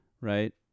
Right